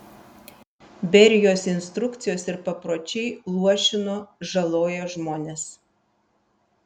berijos instrukcijos ir papročiai luošino žalojo žmones